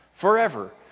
forever